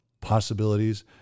possibilities